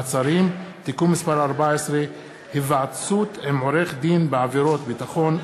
מעצרים) (תיקון מס' 14) (היוועצות עם עורך-דין בעבירות ביטחון),